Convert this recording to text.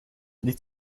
niet